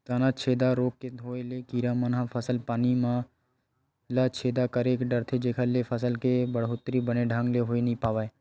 तनाछेदा रोग के होय ले कीरा मन ह फसल पानी मन ल छेदा कर डरथे जेखर ले फसल के बड़होत्तरी बने ढंग ले होय नइ पावय